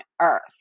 earth